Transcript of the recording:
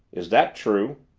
is that true?